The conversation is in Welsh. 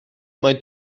mae